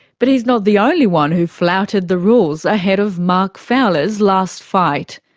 but he's not the only one who flouted the rules ahead of mark fowler's last fight.